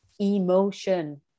emotion